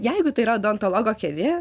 jeigu tai yra odontologo kėdė